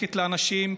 שמחלקת לאנשים,